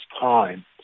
time